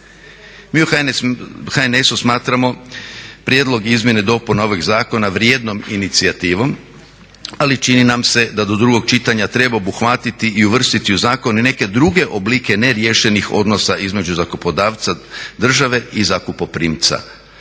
Mi u HNS-u smatramo prijedlog izmjena i dopuna ovog zakona vrijednom inicijativom, ali čini nam se da do drugog čitanja treba obuhvatiti i uvrstiti u zakon i neke druge oblike neriješenih odnosa između zakupodavca države i zakupoprimca.